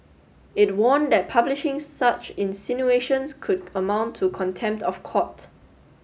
it warned that publishing such insinuations could amount to contempt of court